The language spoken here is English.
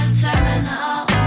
terminal